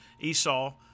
Esau